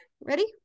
Ready